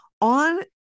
on